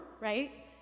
right